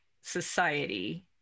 society